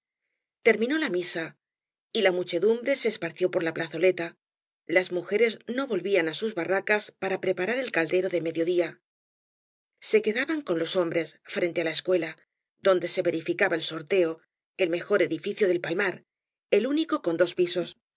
terminó la misa y la muchedumbre se esparció por la plazoleta las mujeres no volvían á sus barracas para preparar el caldero de mediodía se quedaban con los hombres frente á la escuela donde se verificaba el sorteo el mejor edificio del palmar el único con dos pisos